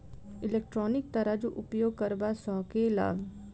Electronic तराजू उपयोग करबा सऽ केँ लाभ?